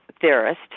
theorist